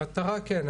כן.